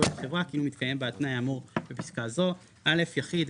יראו את החברה כאילו מתקיים בה התנאי האמור בפסקה זו: יחיד,